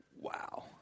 wow